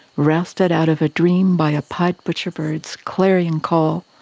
rousted out of a dream by a pied butcherbird's clarion call,